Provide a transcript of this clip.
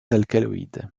alcaloïdes